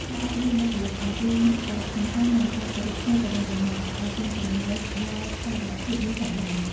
ការអប់រំបុគ្គលិកអំពីសារៈសំខាន់នៃការគោរពគ្នាទៅវិញទៅមក ក៏អាចរួមចំណែកដល់តុល្យភាពនេះផងដែរ។